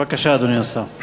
בבקשה, אדוני השר.